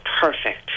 perfect